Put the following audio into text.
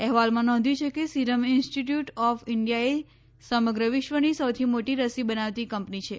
અહેવાલમાં નોંધ્યું છે કે સીરમ ઈન્સ્ટિટૂયટ ઑફ ઈન્ડિયાએ સમગ્ર વિશ્વની સૌથી મોટી રસી બનાવતી કંપની છે